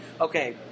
okay